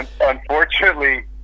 Unfortunately